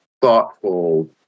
thoughtful